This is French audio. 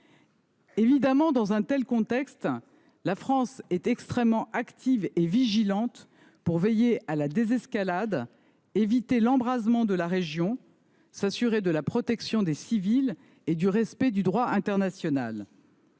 Évidemment, dans un tel contexte, la France est extrêmement active pour veiller à la désescalade et éviter l’embrasement de la région, tout en s’assurant de la protection des civils et du respect du droit international.